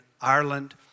Ireland